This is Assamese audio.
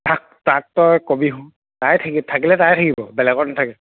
তাক তই কবি থাকিলে তাৰে থাকিব বেলেগৰ নাথাকে